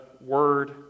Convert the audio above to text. Word